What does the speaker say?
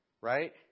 right